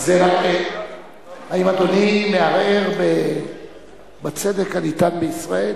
האם אדוני מערער בצדק הניתן בישראל?